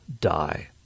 die